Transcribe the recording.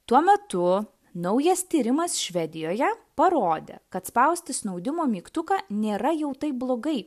tuo metu naujas tyrimas švedijoje parodė kad spausti snaudimo mygtuką nėra jau taip blogai